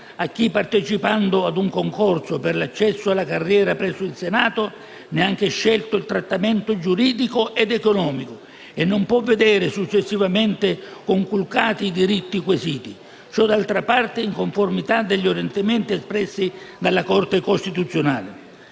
a chi, partecipando ad un concorso per l'accesso alla carriera presso il Senato, ne ha anche scelto il trattamento giuridico ed economico e non può vedere successivamente conculcati i diritti acquisiti; ciò, d'altra parte, in conformità agli orientamenti espressi dalla Corte costituzionale.